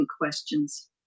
questions